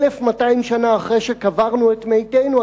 1,200 שנה אחרי שקברנו את מתינו,